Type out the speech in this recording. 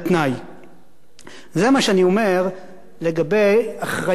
זה מה שאני אומר לגבי אחריותה של המדינה,